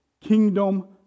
kingdom